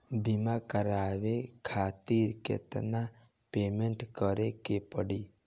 बीमा करावे खातिर केतना पेमेंट करे के पड़ी?